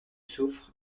soufre